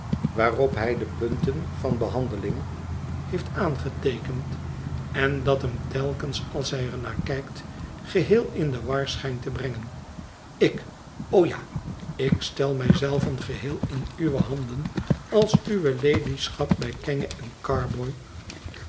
waarop hij de punten van behandeling heeft aangeteekend en dat hem telkens als hij er naar kijkt geheel in de war schijnt te brengen ik o ja ik stel mij zelven geheel in uwe handen als uwe ladyschap bij kenge en carboy